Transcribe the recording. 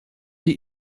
die